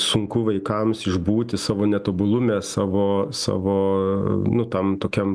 sunku vaikams išbūti savo netobulume savo savo nu tam tokiam